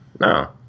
No